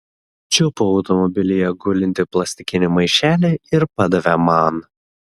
čiupo automobilyje gulintį plastikinį maišelį ir padavė man